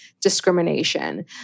discrimination